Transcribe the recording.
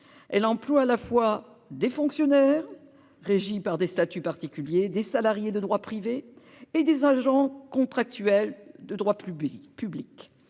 l'emploi, à la fois, de fonctionnaires régis par des statuts particuliers, de salariés de droit privé et d'agents contractuels de droit public.